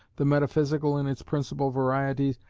the metaphysical in its principal varieties,